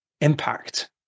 impact